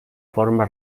forma